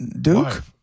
Duke